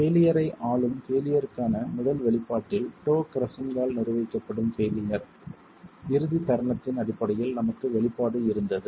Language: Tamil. பெய்லியர் ஐ ஆளும் பெய்லியர்க்கான முதல் வெளிப்பாட்டில் டோ கிரஸ்ஸிங் ஆல் நிர்வகிக்கப்படும் பெய்லியர் இறுதி தருணத்தின் அடிப்படையில் நமக்கு வெளிப்பாடு இருந்தது